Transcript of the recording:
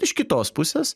iš kitos pusės